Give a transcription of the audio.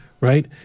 right